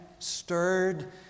stirred